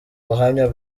ubuhamya